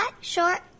short